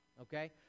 okay